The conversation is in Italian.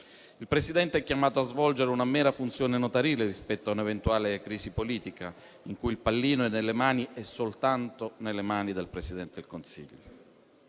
Il Presidente è chiamato a svolgere una mera funzione notarile rispetto a un'eventuale crisi politica, in cui il pallino è soltanto nelle mani del Presidente del Consiglio.